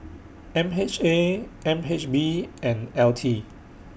M H A N H B and L T